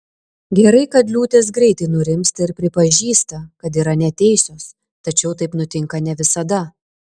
gerai kad liūtės greitai nurimsta ir pripažįsta kad yra neteisios tačiau taip nutinka ne visada